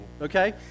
okay